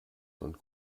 von